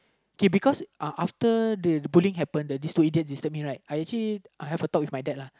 okay because after the bullying happened the these two idiots disturb me right I actually I had a talk with my dad uh